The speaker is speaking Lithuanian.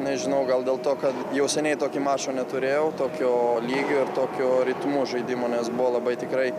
nežinau gal dėl to kad jau seniai tokio mačo neturėjau tokio lygio ir tokiu ritmu žaidimo nes buvo labai tikrai